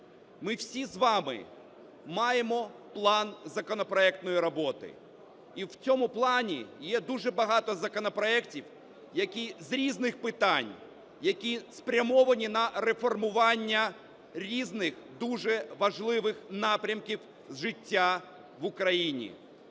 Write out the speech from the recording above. Ми всі з вами маємо План законопроектної роботи. І в цьому плані є дуже багато законопроектів, які з різних питань, які спрямовані на реформування різних, дуже важливих напрямків життя в Україні.